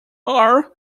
are